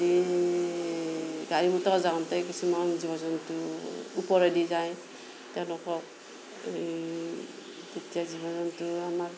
এই গাড়ী মটৰ যাওঁতে কিছুমান জীৱ জন্তু ওপৰেদি যায় তেওঁলোকক এই তেতিয়া এই জীৱ জন্তু আমাক